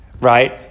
right